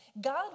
God